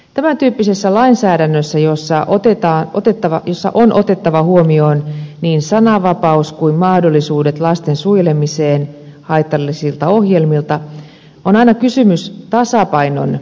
tämän tyyppisessä lainsäädännössä jossa on otettava huomioon niin sananvapaus kuin mahdollisuudet lasten suojelemiseksi haitallisilta ohjelmilta on aina kysymys tasapainon etsimisestä